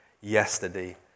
yesterday